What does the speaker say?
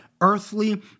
earthly